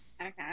okay